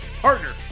partner